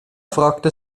fragte